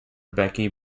becky